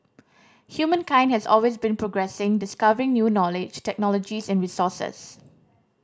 humankind has always been progressing discovering new knowledge technologies and resources